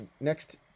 next